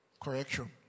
correction